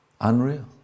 Unreal